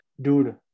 Dude